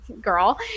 girl